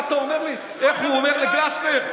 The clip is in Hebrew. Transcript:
איך אמר לגלסנר?